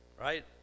right